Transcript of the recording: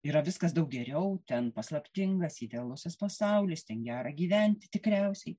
yra viskas daug geriau ten paslaptingas idealusis pasaulis ten gera gyventi tikriausiai